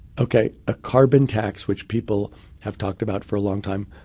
ok, a carbon tax, which people have talked about for a long time,